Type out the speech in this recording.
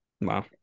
Wow